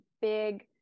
big